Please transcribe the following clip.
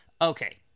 Okay